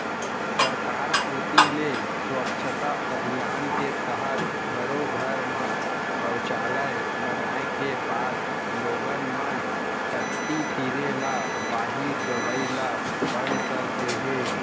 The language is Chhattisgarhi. सरकार कोती ले स्वच्छता अभियान के तहत घरो घर म सौचालय बनाए के बाद लोगन मन टट्टी फिरे ल बाहिर जवई ल बंद कर दे हें